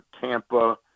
Tampa